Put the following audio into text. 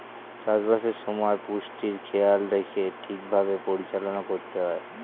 চাষ বাসের সময় পুষ্টির খেয়াল রেখে ঠিক ভাবে পরিচালনা করতে হয়